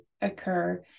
occur